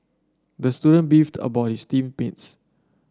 the student beefed his team mates